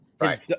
Right